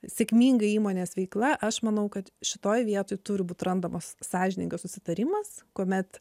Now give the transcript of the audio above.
sėkminga įmonės veikla aš manau kad šitoj vietoj turi būti randamas sąžiningas susitarimas kuomet